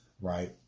right